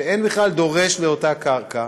שאין בכלל דורש לאותה קרקע,